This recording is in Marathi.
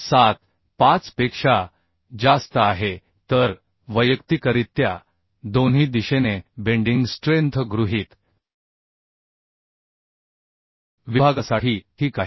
6375 पेक्षा जास्त आहे तर वैयक्तिकरित्या दोन्ही दिशेने बेंडिंग स्ट्रेंथ गृहीत विभागासाठी ठीक आहे